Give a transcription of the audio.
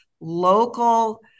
local